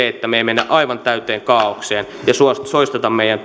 että me emme mene aivan täyteen kaaokseen ja suista meidän